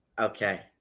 Okay